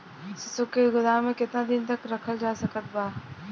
सरसों के गोदाम में केतना दिन तक रखल जा सकत बा?